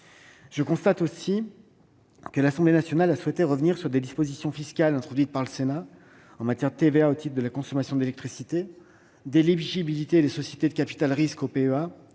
Je constate aussi que l'Assemblée nationale a souhaité revenir sur les dispositions fiscales introduites par le Sénat en matière de TVA au titre de la consommation d'électricité, d'éligibilité des sociétés de capital-risque au PEA-PME,